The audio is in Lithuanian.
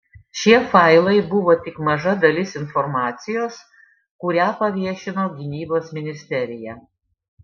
šie failai buvo tik maža dalis informacijos kurią paviešino gynybos ministerija